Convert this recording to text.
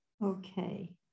Okay